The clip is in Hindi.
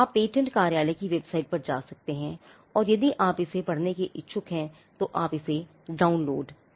आप पेटेंट कार्यालय की वेबसाइट पर जा सकते हैं और यदि आप इसे पढ़ने के इच्छुक हैं तो आप इसे डाउनलोड कर सकते हैं